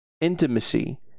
intimacy